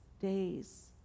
days